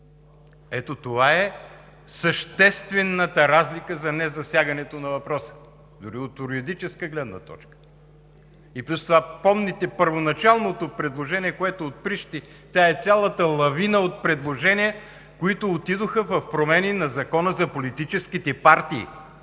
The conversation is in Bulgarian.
Ето това е съществената разлика за незасягането на въпроса дори от юридическа гледна точка. И плюс това помните първоначалното предложение, което отприщи цялата тази лавина от предложения, които отидоха в промените на Закона за политическите партии.